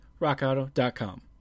RockAuto.com